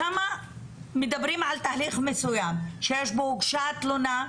שמה מדברים על תהליך מסוים שהוגשה תלונה,